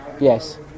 Yes